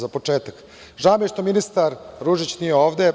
Za početak, žao mi je što ministar Ružić nije ovde.